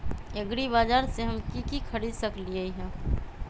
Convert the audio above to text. एग्रीबाजार से हम की की खरीद सकलियै ह?